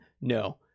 No